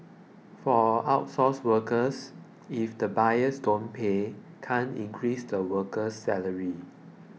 for outsourced workers if the buyers don't pay can't increase the worker's salary